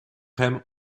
hem